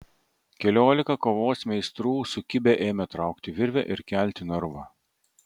keliolika kovos meistrų sukibę ėmė traukti virvę ir kelti narvą